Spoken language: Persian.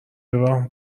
راه